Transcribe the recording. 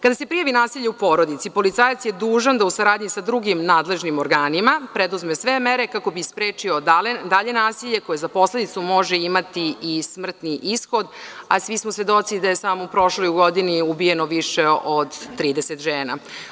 Kada se prijavi nasilje u porodici, policajac je dužan da u saradnji sa drugim nadležnim organima preduzme sve mere kako bi sprečio dalje nasilje, koje za posledicu može imati i smrtni ishod, a svi smo svedoci da je samo u prošloj godini ubijeno više od 30 žena.